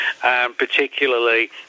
particularly